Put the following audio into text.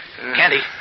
Candy